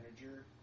manager